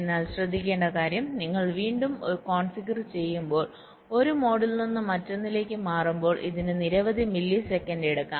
എന്നാൽ ശ്രദ്ധിക്കേണ്ട കാര്യം നിങ്ങൾ വീണ്ടും കോൺഫിഗർ ചെയ്യുമ്പോൾ ഒരു മോഡിൽ നിന്ന് മറ്റൊന്നിലേക്ക് മാറുമ്പോൾ ഇതിന് നിരവധി മില്ലിസെക്കൻഡ് എടുക്കാം